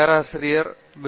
பேராசிரியர் பி